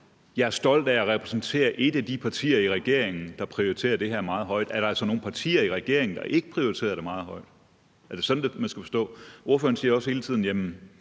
Jeg er stolt af at repræsentere et af de partier i regeringen, der prioriterer det her meget højt. Er der altså nogen partier i regeringen, der ikke prioriterer det meget højt? Er det sådan, man skal forstå det? Ordføreren siger også hele tiden: Det